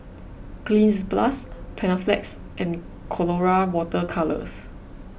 Cleanz Plus Panaflex and Colora Water Colours